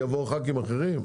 יבואו ח"כים אחרים?